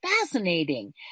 fascinating